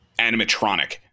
animatronic